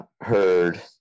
Heard